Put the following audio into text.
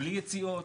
בלי יציאות,